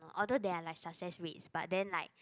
although there are like success rates but then like